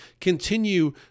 continue